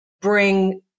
bring